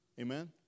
Amen